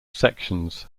sections